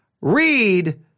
read